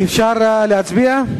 אפשר להצביע.